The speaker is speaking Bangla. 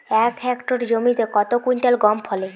এক হেক্টর জমিতে কত কুইন্টাল গম ফলে?